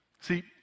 See